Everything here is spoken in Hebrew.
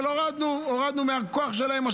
אבל הורדנו, הורדנו משמעותית מהכוח שלהם.